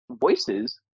voices